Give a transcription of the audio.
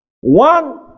one